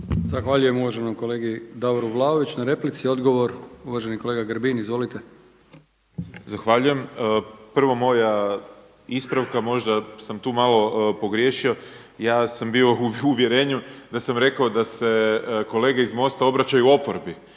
Zahvaljujem uvaženom kolegi Davoru Vlaoviću. Odgovor uvaženi kolega Grbin. Izvolite. **Grbin, Peđa (SDP)** Zahvaljujem. Prvo moja ispravka, možda sam tu malo pogriješio. Ja sam bio u uvjerenju da sam rekao da se kolege iz MOST-a obraćaju oporbi